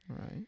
Right